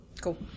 Cool